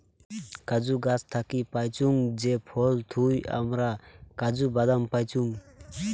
কাজু গাছ থাকি পাইচুঙ যে ফল থুই হামরা কাজু বাদাম পাইচুং